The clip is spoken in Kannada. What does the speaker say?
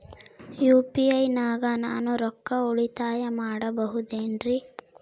ಯು.ಪಿ.ಐ ನಾಗ ನಾನು ರೊಕ್ಕ ಉಳಿತಾಯ ಮಾಡಬಹುದೇನ್ರಿ?